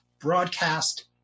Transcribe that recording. broadcast